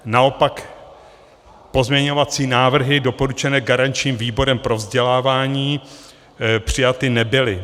Naopak pozměňovací návrhy doporučené garančním výborem pro vzdělávání přijaty nebyly.